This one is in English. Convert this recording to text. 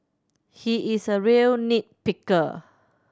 he is a real nit picker